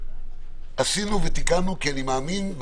עשינו ותיקנו כי אני מאמין בזה.